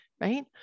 right